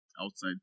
outside